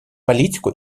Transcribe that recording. политику